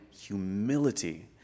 humility